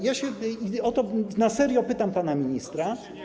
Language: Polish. Ja się o to serio pytam pana ministra.